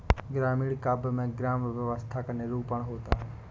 ग्रामीण काव्य में ग्राम्य व्यवस्था का निरूपण होता है